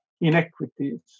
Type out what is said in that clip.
inequities